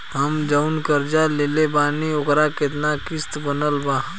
हम जऊन कर्जा लेले बानी ओकर केतना किश्त बनल बा?